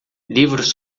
livros